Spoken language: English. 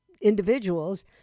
individuals